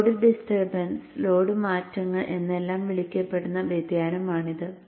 load disturbance load മാറ്റങ്ങൾ എന്നെല്ലാം വിളിക്കപ്പെടുന്ന വ്യതിയാനമാണിത്